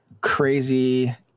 crazy